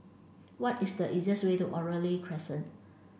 what is the easiest way to Oriole Crescent